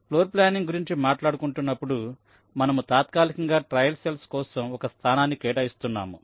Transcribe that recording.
floor planning గురించి మాట్లాడుకుంటున్నప్పుడు మనము తాత్కాలికంగా ట్రయల్ సెల్స్ కోసం ఒక స్థానాన్ని కేటాయిస్తున్నాము